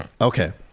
Okay